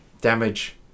damage